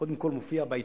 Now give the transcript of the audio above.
קודם כול מופיע בעיתון,